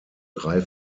drei